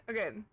Okay